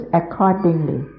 accordingly